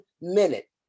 minute